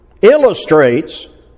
illustrates